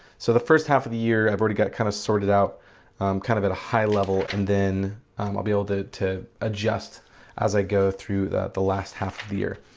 so the first half of the year i've already got it kind of sorted out kind of at a high level and then i'll be able to to ah as i go through that the last half of the year.